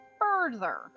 further